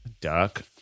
Duck